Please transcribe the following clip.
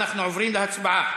אנחנו עוברים להצבעה